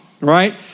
right